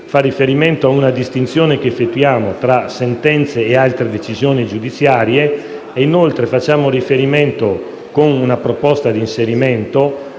riferimento a una distinzione che effettuiamo tra sentenze e altre decisioni giudiziarie. Facciamo inoltre riferimento, con una proposta di inserimento,